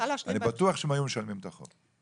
אני בטוח שהם היו משלמים את החוב.